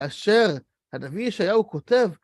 אשר הנביא ישעיהו כותב..